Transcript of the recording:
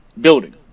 building